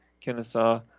Kennesaw